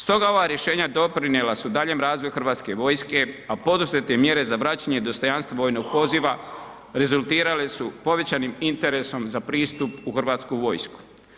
Stoga ova rješenja doprinijela su daljnjem razvoju Hrvatske vojske a poduzete mjere za vraćanje dostojanstva vojnog poziva rezultirale su povećanim interesom za pristup u Hrvatsku vojsku.